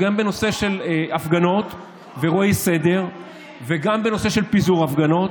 גם בנושא של הפגנות ואירועי הפרת סדר וגם בנושא של פיזור הפגנות,